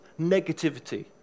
Negativity